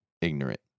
ignorant